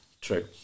true